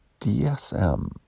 DSM